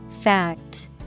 Fact